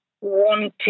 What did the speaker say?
wanting